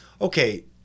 Okay